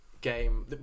game